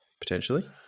potentially